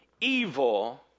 evil